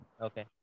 Okay